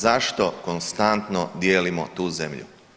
Zašto konstantno dijelimo tu zemlju?